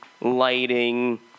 lighting